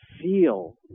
feel